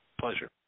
Pleasure